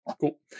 Cool